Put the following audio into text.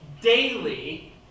daily